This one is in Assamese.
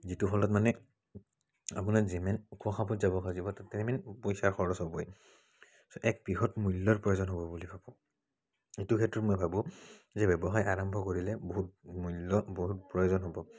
যিটো হ'লত মানে আপুনি যিমান ওখ খাপত যাব খুজিব তিমান পইচা খৰচ হ'বই এক বৃহৎ মূল্যৰ প্ৰয়োজন হ'ব বুলি ভাবোঁ এইটো ক্ষেত্ৰত মই ভাবোঁ যে ব্যৱসায় আৰম্ভ কৰিলে বহুত মূল্য বহুত প্ৰয়োজন হ'ব